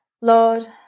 Lord